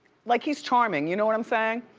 like he's charming, you know what i'm saying?